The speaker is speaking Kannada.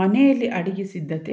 ಮನೆಯಲ್ಲೇ ಅಡಿಗೆ ಸಿದ್ಧತೆ ಮಾಡಿದ್ದೆ